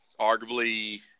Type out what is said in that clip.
arguably